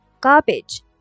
garbage